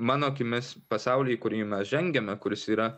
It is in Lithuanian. mano akimis pasaulį į kurį mes žengiame kuris yra